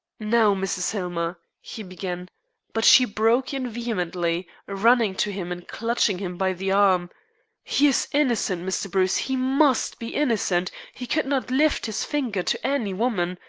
now, mrs. hillmer, he began but she broke in vehemently, running to him and clutching him by the arm he is innocent, mr. bruce. he must be innocent. he could not lift his finger to any woman.